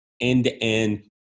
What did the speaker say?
end-to-end